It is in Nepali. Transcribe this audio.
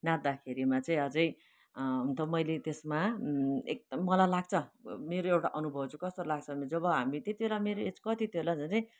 नाच्दाखेरिमा चाहिँ अझै हुन त मैले त्यसमा एकदम मलाई लाग्छ मेरो एउटा अनुभव चाहिँ कस्तो लाग्छ भने जब हामी त्यति बेला मेरो एज कति थियो होला झन्डै